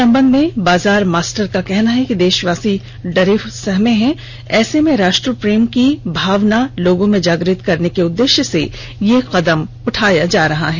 संबंध में बाजार मास्टर का कहना है कि देशवासी डरे सहमे हैं ऐसे में राष्ट्रप्रेम की भावना लोगों में जागृत करने के उद्देश्य से यह कदम उठाया जा रहा है